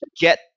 get